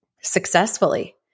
successfully